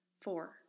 Four